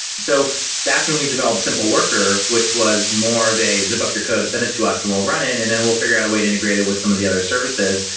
so that's when we developed simple worker, which was more of a zip up your code, send it to us and we'll run it, and then we'll figure out a way to integrate it with some of the other services.